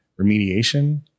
remediation